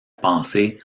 pensée